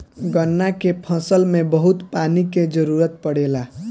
गन्ना के फसल में बहुत पानी के जरूरत पड़ेला